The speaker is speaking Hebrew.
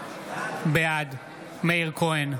בעד מאיר כהן,